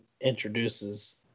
introduces